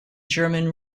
german